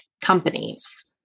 companies